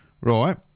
right